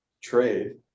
trade